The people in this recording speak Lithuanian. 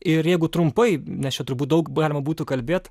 ir jeigu trumpai nes čia turbūt daug galima būtų kalbėt